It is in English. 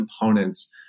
components